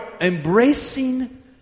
embracing